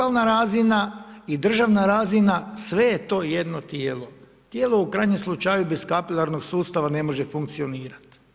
I lokalna razina i državna razina sve je to jedno tijelo, tijelo u krajnjem slučaju bez kapilarnog sustava ne može funkcionirati.